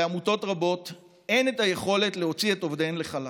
לעמותות רבות אין את היכולת להוציא את עובדיהן לחל"ת,